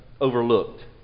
overlooked